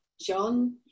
John